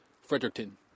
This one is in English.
Fredericton